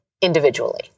individually